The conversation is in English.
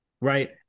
right